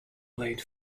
played